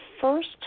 first